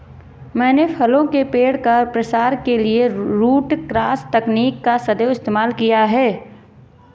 मैंने फलों के पेड़ का प्रसार के लिए रूट क्रॉस तकनीक का सदैव इस्तेमाल किया है